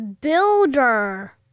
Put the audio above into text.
builder